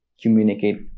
communicate